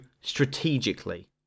strategically